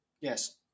Yes